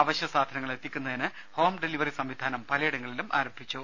അവശ്യ സാധനങ്ങൾ എത്തിക്കുന്നതിന് ഹോം ഡലിവറി സംവിധാനം പലയിടങ്ങളിലും ആരംഭിച്ചു